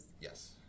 yes